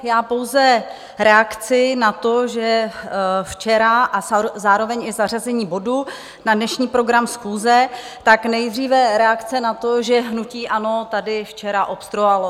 Já pouze reakci na to, že včera a zároveň i zařazení bodu na dnešní program schůze nejdříve reakce na to, že hnutí ANO tady včera obstruovalo.